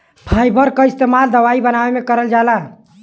fibre क इस्तेमाल दवाई बनावे में करल जाला